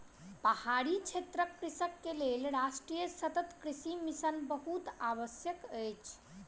पहाड़ी क्षेत्रक कृषक के लेल राष्ट्रीय सतत कृषि मिशन बहुत आवश्यक अछि